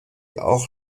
auch